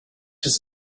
his